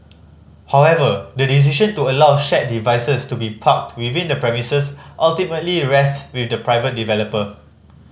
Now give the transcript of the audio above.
however the decision to allow shared devices to be parked within the premises ultimately rests with the private developer